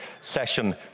session